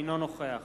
בעד